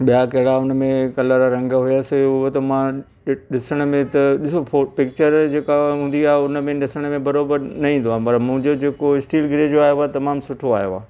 ॿिया कहिड़ा हुनमें कलर रंग हुयसि उहो त मां ॾिसण में त ॾिसो पिकिचरु जेका हूंदी आहे हुनमें ॾिसण में बराबरि न ईंदो आहे पर मुंहिजो जेको स्ट्रील ग्रे जो आयो आहे तमामु सुठो आयो आहे